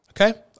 Okay